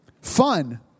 fun